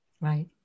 Right